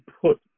put